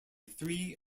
three